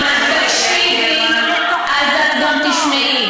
אם את תקשיבי אז את גם תשמעי.